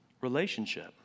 relationship